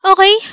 Okay